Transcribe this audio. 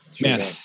Man